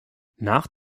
nach